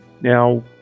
Now